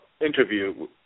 interview